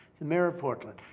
the mayor of portland.